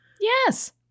Yes